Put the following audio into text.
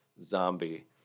zombie